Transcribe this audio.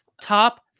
Top